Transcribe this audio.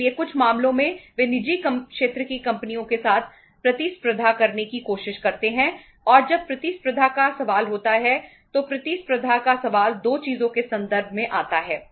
इसलिए कुछ मामलों में वे निजी क्षेत्र की कंपनियों के साथ प्रतिस्पर्धा करने की कोशिश करते हैं और जब प्रतिस्पर्धा का सवाल होता है तो प्रतिस्पर्धा का सवाल 2 चीजों के संदर्भ में आता है